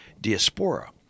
diaspora